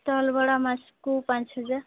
stall ଭଡ଼ା ମାସକୁ ପାଞ୍ଚ ହଜାର